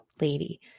lady